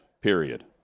period